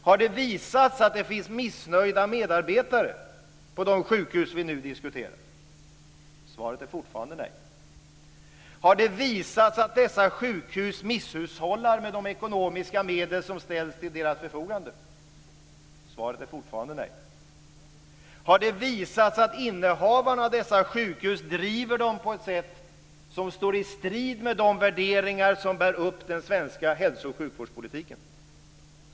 Har det visats att det finns missnöjda medarbetare på de sjukhus vi nu diskuterar? Svaret är fortfarande nej. Har det visats att dessa sjukhus misshushållar med de ekonomiska medel som ställts till deras förfogande? Svaret är fortfarande nej. Har det visats att innehavarna av dessa sjukhus driver dem på ett sätt som står i strid med de värderingar som bär upp den svenska hälso och sjukvårdspolitiken?